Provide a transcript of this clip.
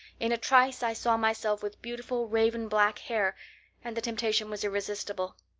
in a trice i saw myself with beautiful raven-black hair and the temptation was irresistible.